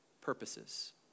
purposes